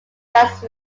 dance